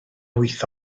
wyth